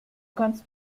kannst